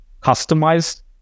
customized